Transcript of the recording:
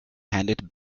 handed